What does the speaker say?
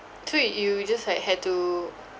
tweet you just like had to